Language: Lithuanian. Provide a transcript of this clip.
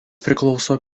priklauso